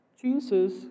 Jesus